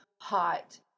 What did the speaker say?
hot